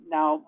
Now